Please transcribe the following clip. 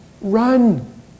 Run